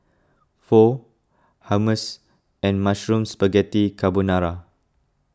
Pho Hummus and Mushroom Spaghetti Carbonara